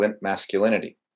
masculinity